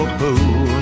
pool